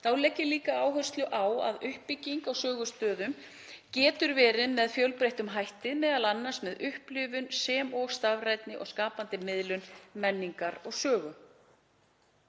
Þá legg ég líka áherslu á það að uppbygging á sögustöðum getur verið með fjölbreyttum hætti, m.a. með upplifun sem og stafrænni og skapandi miðlun menningar og sögu.